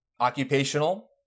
occupational